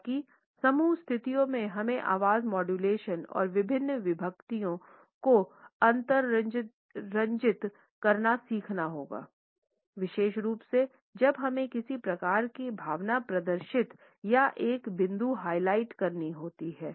हालाँकि समूह स्थितियों में हमें आवाज़ मॉड्यूलेशन और विभक्तियों को अतिरंजित करना सीखना होगा विशेष रूप से जब हमें किसी प्रकार की भावना प्रदर्शित या एक बिंदु हाइलाइट करनी होती है